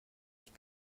ich